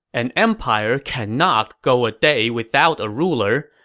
an empire cannot go a day without a ruler,